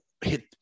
hit